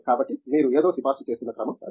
కాబట్టి మీరు ఏదో సిఫార్సు చేస్తున్న క్రమం అది